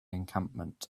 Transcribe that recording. encampment